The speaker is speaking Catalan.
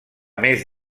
més